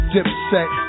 Dipset